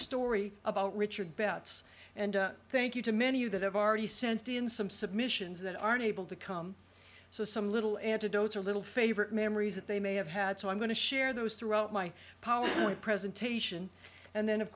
story about richard betts and thank you to many that have already sent in some submissions that aren't able to come so some little antidotes or little favorite memories that they may have had so i'm going to share those throughout my power point presentation and then of